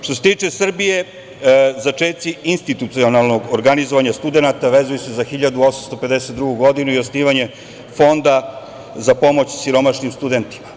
Što se tiče Srbije, začeci institucionalnog organizovanja studenata vezuju se za 1852. godinu i osnivanje Fonda za pomoć siromašnim studentima.